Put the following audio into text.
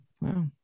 Wow